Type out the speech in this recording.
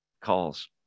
calls